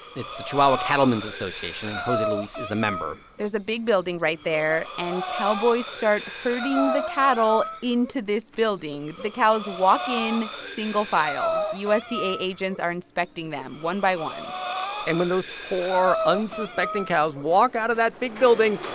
it's the chihuahua cattlemen's association, and jose luis is a member there's a big building right there, and cowboys start herding the cattle into this building. the cows walk in, single file. usda agents are inspecting them, one by one and when those poor, unsuspecting cows walk out of that big building,